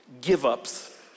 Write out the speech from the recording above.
give-ups